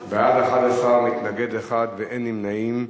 11, מתנגד אחד, אין נמנעים.